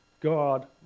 God